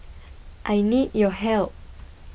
I need your help